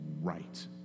right